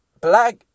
black